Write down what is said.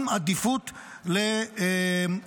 עם עדיפות ללוחמים,